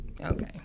okay